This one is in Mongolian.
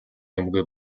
юмгүй